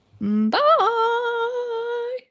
Bye